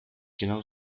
genau